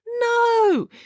No